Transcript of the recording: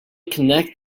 connect